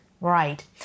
Right